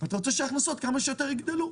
ואתה רוצה שההכנסות כמה שיותר יגדלו.